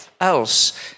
else